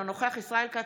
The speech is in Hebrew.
אינו נוכח ישראל כץ,